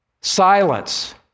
Silence